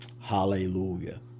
Hallelujah